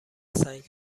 سنگ